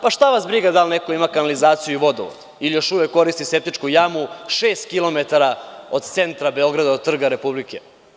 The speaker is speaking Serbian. Pa, šta vas briga da li neko ima kanalizaciju i vodovod ili još uvek koristi septičku jamu šest kilometara od centra Beograda, od Trga Republike.